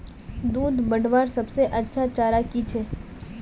दूध बढ़वार सबसे अच्छा चारा की छे?